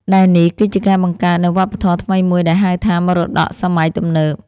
ដែលនេះគឺជាការបង្កើតនូវវប្បធម៌ថ្មីមួយដែលហៅថា មរតកសម័យទំនើប ។